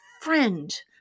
friend